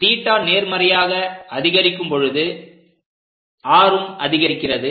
θ நேர்மறையாக அதிகரிக்கும் பொழுது rம் அதிகரிக்கிறது